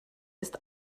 ist